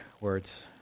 words